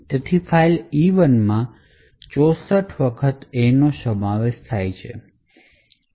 તેથી file E1 માં 64 Aનો સમાવેશ થાય છે